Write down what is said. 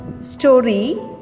story